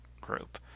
group